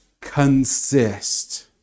consist